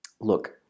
look